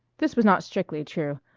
this was not strictly true.